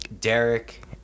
Derek